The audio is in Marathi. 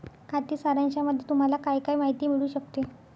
खाते सारांशामध्ये तुम्हाला काय काय माहिती मिळू शकते?